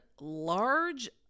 large